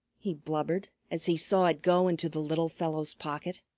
he blubbered as he saw it go into the little fellow's pocket.